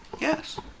Yes